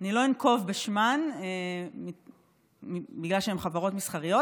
אני לא אנקוב בשמן בגלל שהן חברות מסחריות,